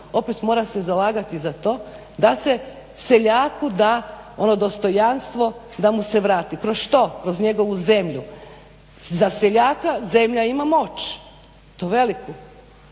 opet mora se zalagati za to da se seljaku da ono dostojanstvo da mu se vrati. Kroz što? Kroz njegovu zemlju. Za seljaka zemlja ima moć i to veliku.